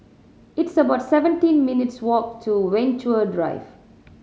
it's about seventeen minutes' walk to Venture Drive